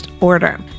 order